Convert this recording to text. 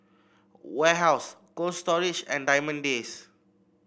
Warehouse Cold Storage and Diamond Days